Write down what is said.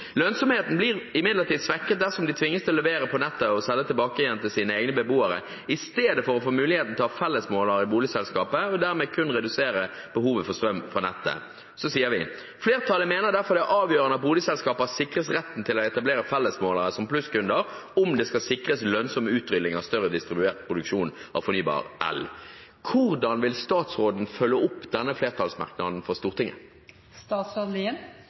blir imidlertid svekket dersom de tvinges til å levere på nettet og selge tilbake til sine egne beboere, i stedet for at de får muligheten til å ha fellesmåler i boligselskapet og dermed kun reduserer behovet for strøm fra nettet. Flertallet mener derfor det er avgjørende at boligselskaper sikres retten til å etablere fellesmålere som plusskunder om det skal sikres lønnsom utrulling av større distribuert produksjon av fornybar elektrisitet.» Hvordan vil statsråden følge opp denne flertallsmerknaden